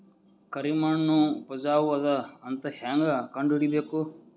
ಕರಿಮಣ್ಣು ಉಪಜಾವು ಅದ ಅಂತ ಹೇಂಗ ಕಂಡುಹಿಡಿಬೇಕು?